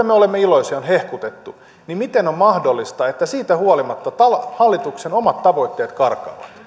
me olemme iloisia on hehkutettu niin miten on mahdollista että siitä huolimatta hallituksen omat tavoitteet karkaavat